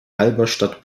halberstadt